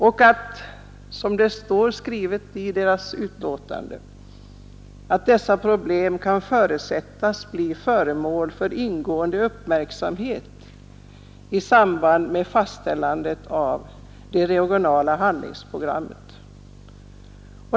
Utskottet skriver i betänkandet att dessa problem kan förutsättas bli föremål för ingående uppmärksamhet i samband med fastställandet av de regionala handlingsprogrammen.